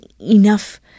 enough